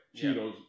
Cheetos